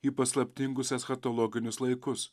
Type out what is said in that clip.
į paslaptingus eschatologinius laikus